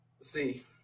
see